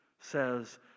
says